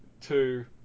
two